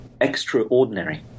extraordinary